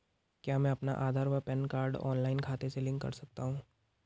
क्या मैं अपना आधार व पैन कार्ड ऑनलाइन खाते से लिंक कर सकता हूँ?